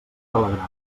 telegrama